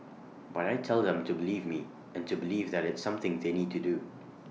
but I tell them to believe me and to believe that it's something they need to do